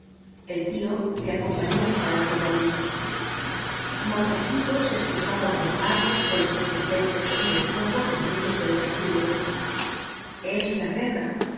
el tío le acompañó hasta el automóvil moukecito se excusaba una vez más de los desperfectos y despojos sufridos por el castillo es la guerra